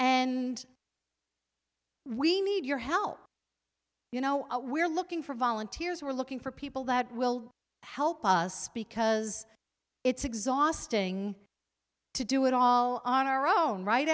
and we need your help you know we're looking for volunteers we're looking for people that will help us because it's exhausting to do it all on our own right